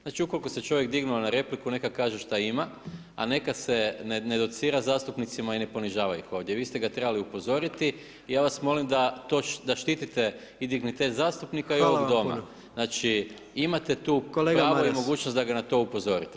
Znači u koliko se čovjek dignuo na repliku neka kaže šta ima, a neka se ne docira zastupnicima i ne ponižava ih ovdje, vi ste ga trebali upozoriti i ja vas molim da štitite i dignitet zastupnika i ovog doma [[Upadica: Hvala vam puno.]] Znači, imate tu [[Upadica: Kolega Maras.]] pravo i mogućnost da ga na to upozorite.